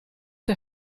der